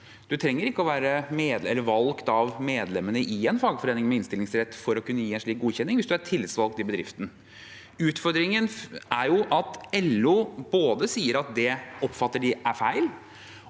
En trenger ikke å være medlem eller valgt av medlemmene i en fagforening med innstillingsrett for å kunne gi en slik godkjenning hvis en er tillitsvalgt i bedriften. Utfordringen er både at LO sier at de oppfatter at det er feil,